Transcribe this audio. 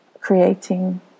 creating